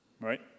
right